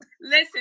Listen